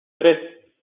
tres